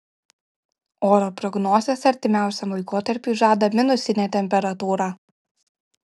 oro prognozės artimiausiam laikotarpiui žada minusinę temperatūrą